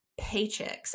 paychecks